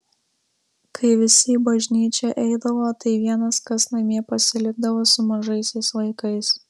kai visi į bažnyčią eidavo tai vienas kas namie pasilikdavo su mažaisiais vaikais